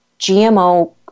GMO